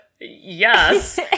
yes